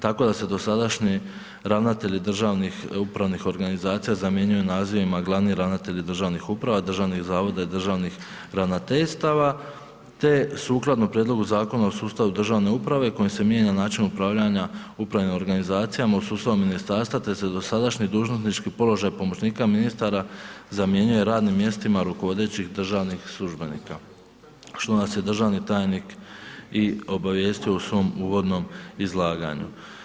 Tako da se dosadašnji ravnatelj državnih upravnih organizacija zamjenjuju nazivima glavni ravnatelj državnih uprava, državnih zavoda i državnih ravnateljstava, te sukladno prijedlogu Zakona o sustavu državne uprave, kojim se mijenja način upravljanja upravni organizacija, u sustavu ministarstva, te se dosadašnji dužnosnički položaj pomoćnika ministara, zamjenjuje radnim mjestima rukovodećih državnih službenika, što nas je državni tajnik i obavijestio u svom uvodnom izlaganju.